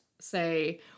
say